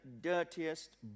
dirtiest